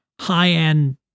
high-end